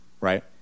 right